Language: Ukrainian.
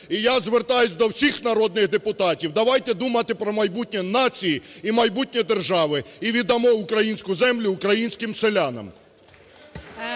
І я звертаюсь до всіх народних депутатів: давайте думати про майбутнє нації і майбутнє держави, і віддамо українську землю українським селянам.